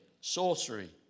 sorcery